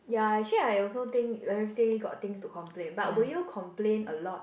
ya actually I also think everyday got things to complain but will you complain a lot